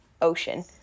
ocean